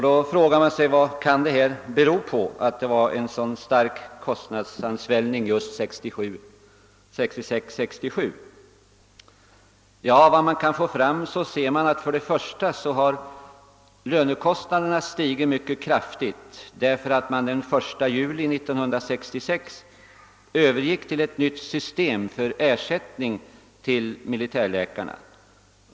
Då frågar man sig vad det kan bero på att kostnadsansvällningen var så stark just 1966/67. Efter vad man kan få fram har för det första lönekostnaderna stigit mycket kraftigt. Den 1 juli 1966 övergick man till ett nytt system för ersättning till militärläkarna.